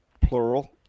plural